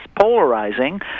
polarizing